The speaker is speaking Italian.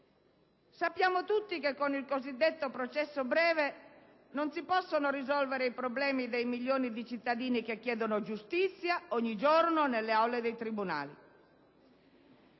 Sappiamo tutti che con il cosiddetto processo breve non si possono risolvere i problemi dei milioni di cittadini che chiedono giustizia ogni giorno nelle aule dei tribunali.